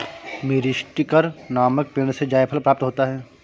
मीरीस्टिकर नामक पेड़ से जायफल प्राप्त होता है